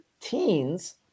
teens